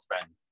spend